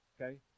okay